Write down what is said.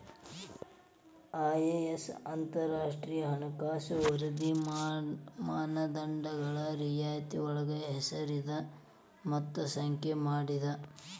IAS ಅಂತರಾಷ್ಟ್ರೇಯ ಹಣಕಾಸು ವರದಿ ಮಾನದಂಡಗಳ ರೇತಿಯೊಳಗ ಹೆಸರದ ಮತ್ತ ಸಂಖ್ಯೆ ಮಾಡೇದ